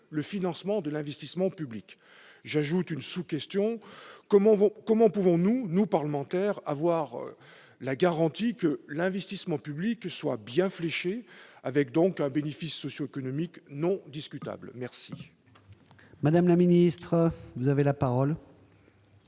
le financement de l'investissement public ? J'ajoute une sous-question : comment pouvons-nous, nous, parlementaires, avoir la garantie que l'investissement public soit bien fléché, donc qu'il ait un bénéfice socioéconomique non discutable ? La parole est à Mme la